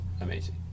amazing